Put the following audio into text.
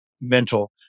mental